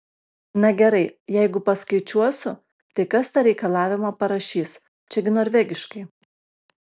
na gerai jeigu paskaičiuosiu tai kas tą reikalavimą parašys čia gi norvegiškai